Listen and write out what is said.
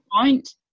point